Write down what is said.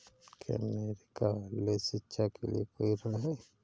क्या मेरे कॉलेज शिक्षा के लिए कोई ऋण है?